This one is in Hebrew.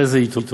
אחרי זה ייטול.